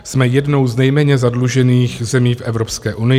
Jsme jednou z nejméně zadlužených zemí v Evropské unii.